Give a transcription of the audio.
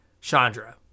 Chandra